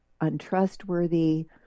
untrustworthy